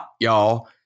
y'all